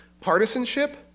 partisanship